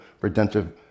redemptive